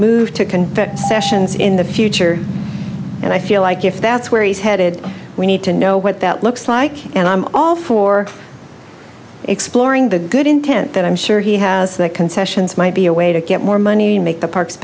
sessions in the future and i feel like if that's where he's headed we need to know what that looks like and i'm all for exploring the good intent that i'm sure he has that concessions might be a way to get more money to make the parks